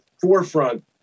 forefront